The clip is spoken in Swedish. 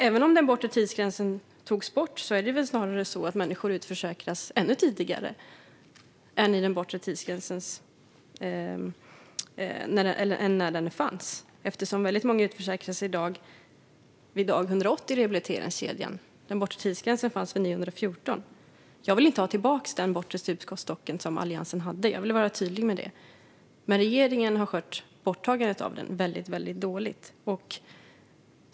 Även om den bortre tidsgränsen togs bort är det snarare så att människor utförsäkras ännu tidigare än när den fanns. Väldigt många utförsäkras i dag vid dag 180 i rehabiliteringskedjan. Den bortre tidsgränsen fanns vid dag 914. Jag vill inte ha tillbaka den bortre stupstock som Alliansen hade. Jag vill vara tydlig med det. Men regeringen har skött borttagandet av den väldigt dåligt.